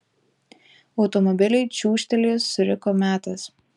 automobiliui čiūžtelėjus suriko metas